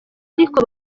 ariko